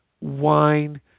wine